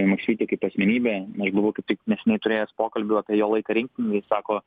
maksvyį kaip asmenybę aš buvau kaip tik neseniai turėjęs pokalbių apie jo laiką rinktinėj sako